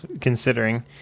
considering